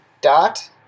dot